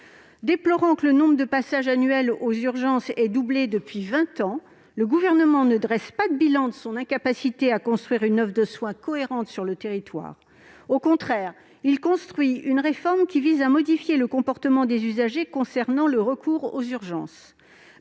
Déplorant que le nombre de passages annuels aux urgences ait doublé depuis vingt ans, le Gouvernement ne dresse pas de bilan de son incapacité à construire une offre de soins cohérente sur le territoire. Au contraire, il élabore une réforme visant à modifier le comportement des usagers en ce qui concerne le recours aux urgences,